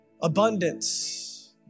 Abundance